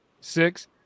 six